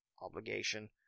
obligation